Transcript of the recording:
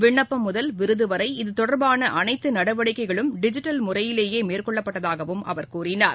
விண்ணப்பம் முதல் விருது வரை இது தொடர்பான அனைத்து நடவடிக்கைகளும் டிஜிட்டல் முறையிலேயே மேற்கொள்ளப்பட்டதாகவும் அவர் கூறினார்